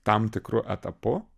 tam tikru etapu